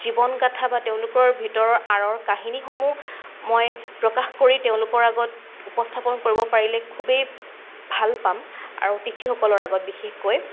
জীৱনগাঁথা বা তেওঁলোকৰ ভিতৰৰ আঁৰৰ কাহিনীসমূহ মই প্ৰকাশ কৰি তেওঁলোকৰ আগত উপস্থাপন কৰিব পাৰিলে খুবেই ভাল পাম আৰু অতিথিসকলৰ আগত বিশেষকৈ